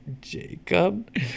jacob